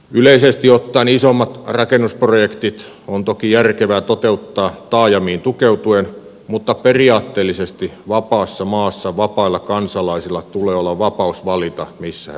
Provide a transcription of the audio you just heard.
yleisesti ottaen isommat rakennusprojektit on toki järkevää toteuttaa taajamiin tukeutuen mutta periaatteellisesti vapaassa maassa vapailla kansalaisilla tulee olla vapaus valita missä he asuvat